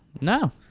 No